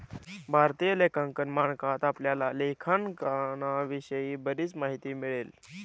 भारतीय लेखांकन मानकात आपल्याला लेखांकनाविषयी बरीच माहिती मिळेल